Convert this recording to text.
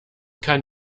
kann